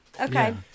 Okay